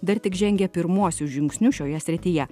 dar tik žengia pirmuosius žingsnius šioje srityje